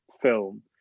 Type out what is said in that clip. film